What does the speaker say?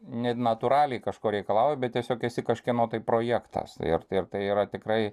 ne natūraliai kažko reikalauji bet tiesiog esi kažkieno tai projektas ir tai ir tai yra tikrai